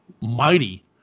mighty